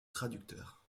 traducteur